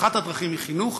אחת הדרכים היא חינוך,